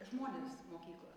žmonės mokyklą